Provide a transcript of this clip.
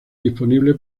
disponible